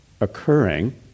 occurring